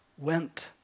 went